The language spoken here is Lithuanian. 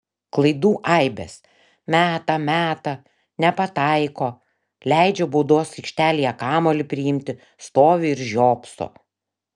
klaidų aibės meta meta nepataiko leidžia baudos aikštelėje kamuolį priimti stovi ir žiopso